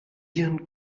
ihrem